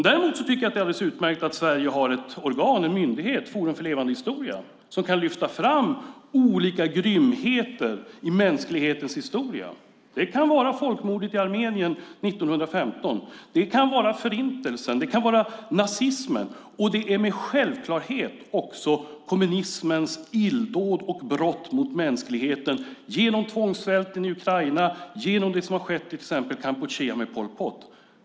Däremot tycker jag att det är alldeles utmärkt att Sverige har ett organ, en myndighet - Forum för levande historia - som kan lyfta fram olika grymheter i mänsklighetens historia. Det kan vara folkmordet i Armenien 1915. Det kan vara Förintelsen. Det kan vara nazismen. Självklart kan det också vara kommunismens illdåd och brott mot mänskligheten genom tvångssvälten i Ukraina och genom det som skett till exempel i Kampuchea när det gäller Pol Pot.